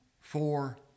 four